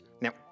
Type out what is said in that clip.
Now